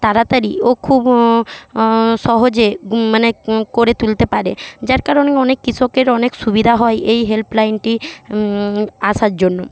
তাড়াতাড়ি ও খুব সহজে মানে করে তুলতে পারে যার কারণে অনেক কৃষকের অনেক সুবিধা হয় এই হেল্পলাইনটি আসার জন্য